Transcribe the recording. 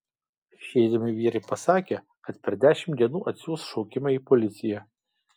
išeidami vyrai pasakė kad per dešimt dienų atsiųs šaukimą į policiją